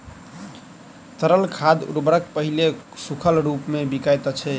तरल खाद उर्वरक पहिले सूखल रूपमे बिकाइत अछि